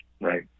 Right